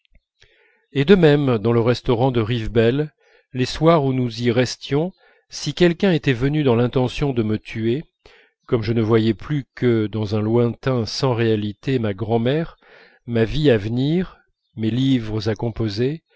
et de même dans le restaurant de rivebelle les soirs où nous y restions si quelqu'un était venu dans l'intention de me tuer comme je ne voyais plus que dans un lointain sans réalité ma grand'mère ma vie à venir mes livres à composer